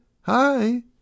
Hi